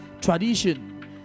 tradition